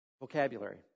vocabulary